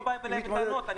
ואני לא בא בטענות לרחלי,